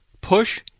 push